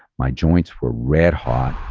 my joints were red hot.